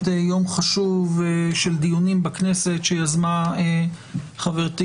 יום חשוב של דיונים בכנסת שיזמה חברתי,